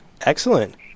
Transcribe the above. Excellent